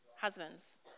Husbands